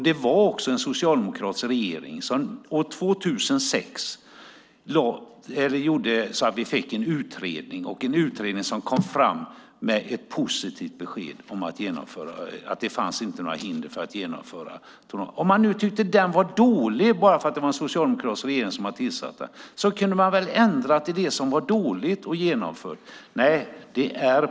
Det var dessutom en socialdemokratisk regering som år 2006 tillsatte en utredning som sedan kom med ett positivt besked, nämligen att det inte fanns några hinder att genomföra tonnageskatten. Om man nu tyckte att utredningen var dålig för att den tillsatts av en socialdemokratisk regering kunde man väl ha ändrat det som var dåligt och sedan genomfört den.